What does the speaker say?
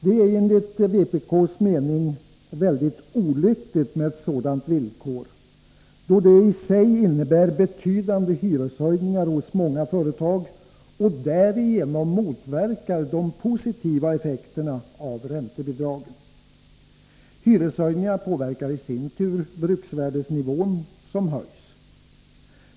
Det är enligt vpk:s mening mycket olyckligt med ett sådant villkor, då det i sig innebär betydande hyreshöjningar i många företag och därigenom motverkar de positiva effekterna av räntebidraget. Hyreshöjningarna påverkar i sin tur bruksvärdesnivån som höjs.